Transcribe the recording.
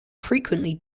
frequently